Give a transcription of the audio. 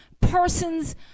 person's